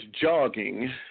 jogging